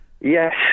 yes